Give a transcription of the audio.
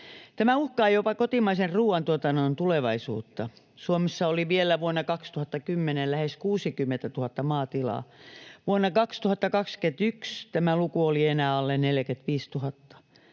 Tämä uhkaa jopa kotimaisen ruuantuotannon tulevaisuutta. Suomessa oli vielä vuonna 2010 lähes 60 000 maatilaa. Vuonna 2021 tämä luku oli enää alle 45 000.